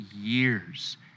years